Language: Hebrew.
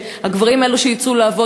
שהגברים הם אלו שיצאו לעבוד,